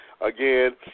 Again